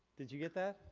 did you get that.